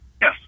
Yes